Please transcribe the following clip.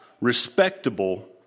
respectable